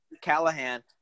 Callahan